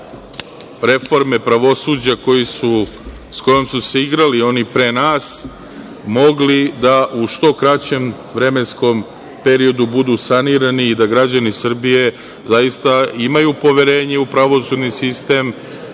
reforme pravosuđa s kojom su se igrali oni pre nas, mogli da u što kraćem vremenskom periodu budu sanirani i da građani Srbije zaista imaju poverenje u pravosudni sistem